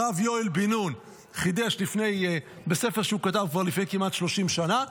הרב יואל בן נון חידש בספר שהוא כתב כבר לפני כמעט שלושים שנה,